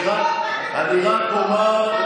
אני רק אומר,